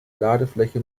ladefläche